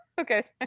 okay